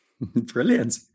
Brilliant